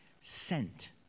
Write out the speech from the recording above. sent